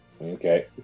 Okay